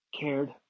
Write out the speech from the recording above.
cared